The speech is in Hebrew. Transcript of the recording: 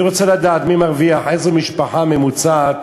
אני רוצה לדעת, מי מרוויח, איזו משפחה ממוצעת